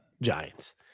Giants